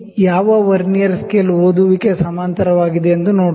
ಯಾವ vernier scale reading coinciding ಆಗಿದೆ ನೋಡೋಣ